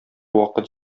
вакыт